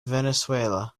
venezuela